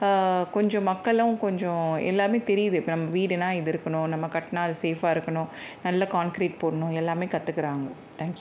கொஞ்சம் மக்களும் கொஞ்சம் எல்லாமே தெரியுது இப்போ நம்ம வீடுன்னால் இது இருக்கணும் நம்ம கட்டினா அது சோஃபாக இருக்கணும் நல்ல கான்கிரிட் போடணும் எல்லாமே கற்றுக்குறாங்க தேங்க் யூ